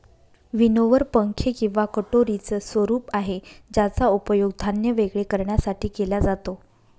winnower पंखे किंवा कटोरीच स्वरूप आहे ज्याचा उपयोग धान्य वेगळे करण्यासाठी केला जातो